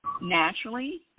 naturally